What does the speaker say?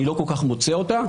לא כל כך מוצא אותה.